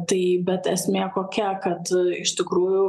tai bet esmė kokia kad iš tikrųjų